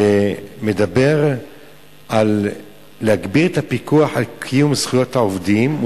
ומדברים על להגביר את הפיקוח על קיום זכויות העובדים: